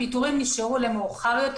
הפיטורים נשארו למועד מאוחר.